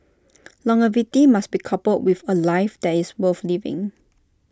longevity must be coupled with A life that is worth living